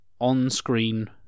on-screen